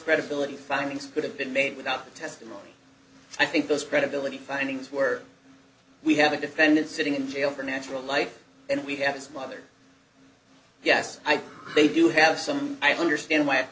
credibility findings could have been made without the testimony i think those credibility findings were we have a defendant sitting in jail for natural life and we have his mother yes they do have some i understand why